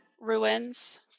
ruins